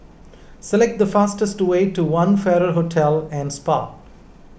select the fastest way to one Farrer Hotel and Spa